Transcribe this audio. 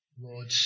Lord